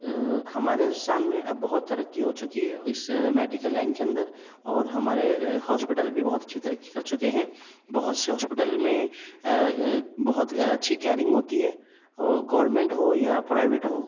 ہمارے ہندوستان میں اب بہت ترقی ہو چکی ہے اس سے میڈیکل لائن کے اندر اور ہمارے ہاسپٹل بھی بہت اچھی ترقی کر چکے ہیں بہت سے ہاسپٹل میں بہت اچھی کیئرنگ ہوتی ہے اور گورنمنٹ ہو یا پرائیویٹ ہو